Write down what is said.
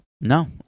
No